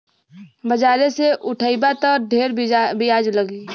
बाजारे से उठइबा त ढेर बियाज लगी